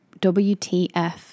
WTF